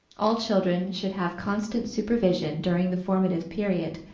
all children should have constant supervision during the formative period,